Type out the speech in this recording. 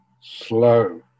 slow